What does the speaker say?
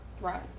Right